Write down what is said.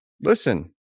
Listen